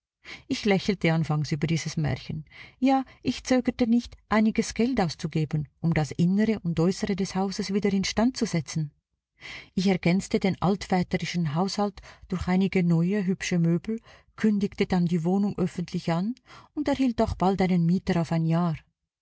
ich lächelte anfangs über dieses märchen ja ich zögerte nicht einiges geld auszugeben um das innere und äußere des hauses wieder instand zu setzen ich ergänzte den altväterischen haushalt durch einige neue hübsche möbel kündigte dann die wohnung öffentlich an und erhielt auch bald einen mieter auf ein jahr